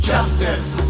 Justice